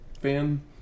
fan